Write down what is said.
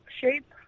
shape